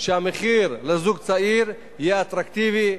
שהמחיר לזוג צעיר יהיה אטרקטיבי,